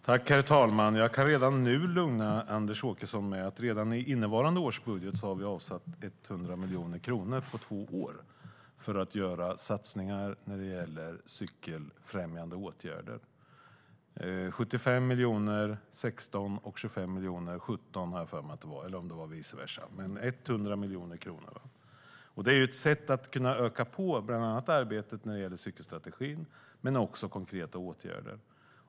Herr talman! Jag kan lugna Anders Åkesson med att vi redan i innevarande års budget har avsatt 100 miljoner kronor på två år för satsningar när det gäller cykelfrämjande åtgärder. Det är 75 miljoner 2016 och 25 miljoner 2017, har jag för mig. Eller om det var tvärtom, men det var 100 miljoner i alla fall. Detta är ett sätt att bland annat kunna öka på arbetet när det gäller cykelstrategin, men det handlar också om konkreta åtgärder.